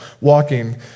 walking